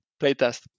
playtest